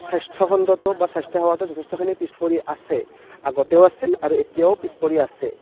স্বাস্থ্য খণ্ডটো বা স্বাস্থ্য সেৱাটো যথেষ্টখিনি পিচ পৰি আছে আগতেও আছিল আৰু এতিয়াও পিচ পৰি আছে